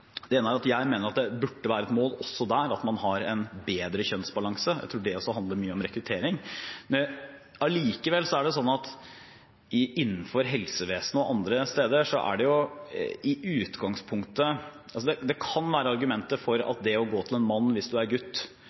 Det ene er at jeg mener det også der burde være et mål at man har en bedre kjønnsbalanse. Jeg tror det også handler mye om rekruttering. Allikevel er det slik at innenfor helsevesenet og andre steder kan det være argumenter for at det å gå til en mann hvis du er gutt,